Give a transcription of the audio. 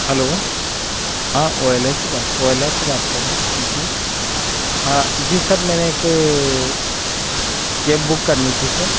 hello हाँ OLA से बात ओएलए से बात कर रहे हैं जी हाँ जी सर मैंने एक केब बुक करनी थी सर